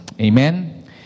Amen